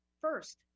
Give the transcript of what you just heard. First